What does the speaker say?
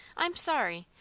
i'm sorry!